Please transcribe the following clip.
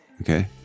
Okay